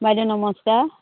বাইদ' নমষ্কাৰ